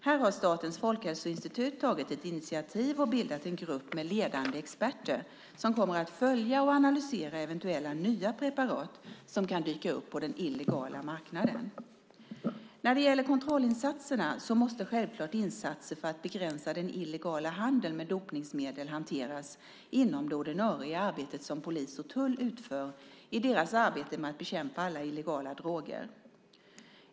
Här har Statens folkhälsoinstitut tagit ett initiativ och bildat en grupp med ledande experter som kommer att följa och analysera eventuella nya preparat som kan dyka upp på den illegala marknaden. När det gäller kontrollinsatserna måste självfallet insatser för att begränsa den illegala handeln med dopningsmedel hanteras inom det ordinarie arbete som polis och tull utför i sitt arbete med att bekämpa alla illegala droger.